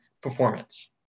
performance